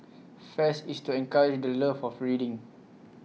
fest is to encourage the love for of reading